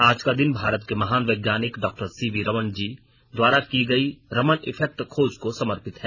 आज का दिन भारत के महान वैज्ञानिक डॉक्टर सीवी रमन जी द्वारा की गई रमण इफेक्ट खोज को समर्पित है